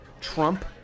Trump